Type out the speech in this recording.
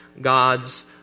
God's